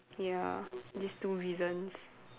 ya these two reasons